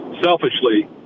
selfishly